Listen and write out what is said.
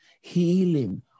healing